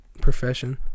profession